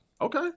Okay